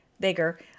bigger